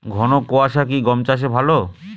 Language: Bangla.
ঘন কোয়াশা কি গম চাষে ভালো?